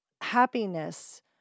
happiness